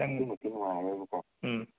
ꯅꯪ ꯎꯝ